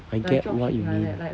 I get what you mean